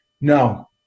No